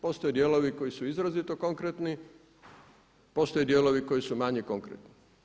Postoje dijelovi koji su izrazito konkretni, postoje dijelovi koje su manje konkretni.